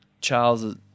Charles